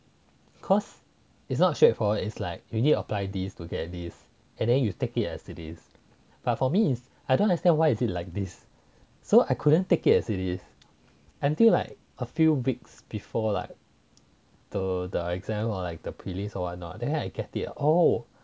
cause it's not straightforward it's like you need apply this to get this and then you take it as it is but for me is I don't understand why is it like this so I couldn't take it as it is until like a few weeks before like the the exam or like the prelims or what not then I get it oh